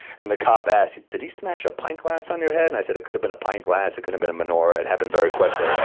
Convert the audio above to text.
and the cop asks, did he smash a pint glass on your head? and i said, it could have been a pint glass, it could have been a menorah. it happened very quickly,